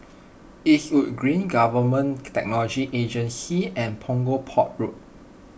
Eastwood Green Government Technology Agency and Punggol Port Road